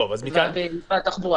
דרך משרד התחבורה.